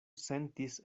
sentis